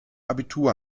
abitur